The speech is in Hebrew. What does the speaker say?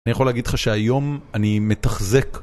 אני יכול להגיד לך שהיום אני מתחזק